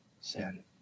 sin